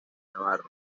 navarro